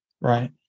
Right